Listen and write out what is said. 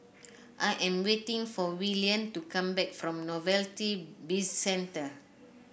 I am waiting for Willian to come back from Novelty Bizcentre